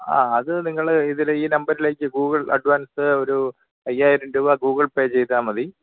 ആ അത് നിങ്ങൾ ഇതിൽ ഈ നമ്പരിലേക്ക് ഗൂഗ്ള് അഡ്വാന്സ് ഒരു അയ്യായിരം രൂപ ഗൂഗ്ള് പേ ചെയ്താൽ മതി